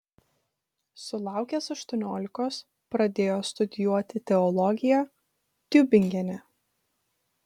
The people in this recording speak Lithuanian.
sulaukęs aštuoniolikos pradėjo studijuoti teologiją tiubingene